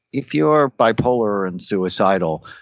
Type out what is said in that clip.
if you're bipolar and suicidal,